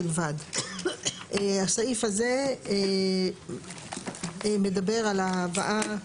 בלבד."; הסעיף הזה מדבר על ההבאה,